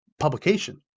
publication